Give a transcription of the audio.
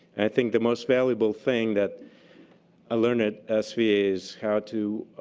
i think the most valuable thing that i learned at sva is how to